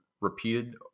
repeated